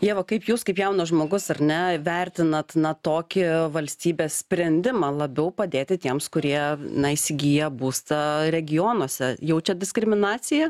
ieva kaip jūs kaip jaunas žmogus ar ne vertinat na tokį valstybės sprendimą labiau padėti tiems kurie na įsigiję būstą regionuose jaučiat diskriminaciją